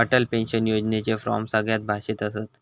Atal pension योजनेचे form सगळ्या भाषेत असत